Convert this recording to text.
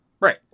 right